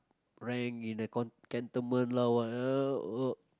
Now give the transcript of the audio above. rank in a cantonment lah whatever uh